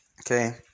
okay